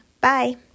Bye